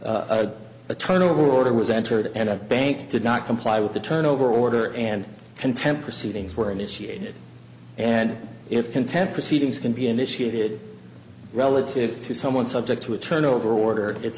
where a turnover order was entered and a bank did not comply with the turnover order and contempt proceedings were initiated and if contempt proceedings can be initiated relative to someone subject to a turnover order it